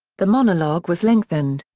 the monologue was lengthened.